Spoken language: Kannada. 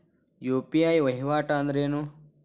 ಯು.ಪಿ.ಐ ವಹಿವಾಟ್ ಅಂದ್ರೇನು?